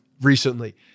recently